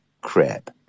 crab